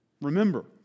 Remember